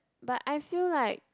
but I feel like